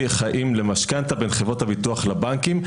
חיים למשכנתה בין חברות הביטוח לבנקים,